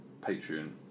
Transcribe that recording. patron